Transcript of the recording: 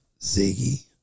Ziggy